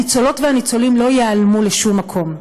הניצולות והניצולים לא ייעלמו לשום מקום.